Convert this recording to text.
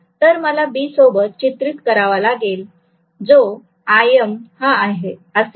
तर मला B सोबत चित्रित करावा लागेल जो Im हा असेल